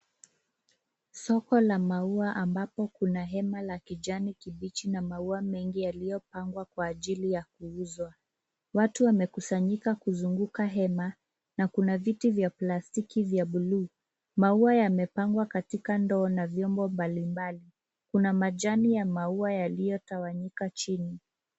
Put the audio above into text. Soko la maua ambapo kuna hema la kijana kibichi na maua mengi yaliyopangwa kwa ajili ya kuuzwa. Watu wamekusanyika kuzunguka hema na kuna viti vya plastiki vya bluu. Maua yamepangwa katika ndoo na vyombo mbali mbali. Kuna majani ya maua yaliyotawanyika chini.